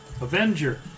Avenger